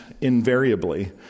invariably